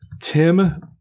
Tim